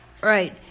Right